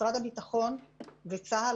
משרד הביטחון וצה"ל,